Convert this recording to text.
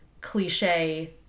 cliche